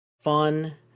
fun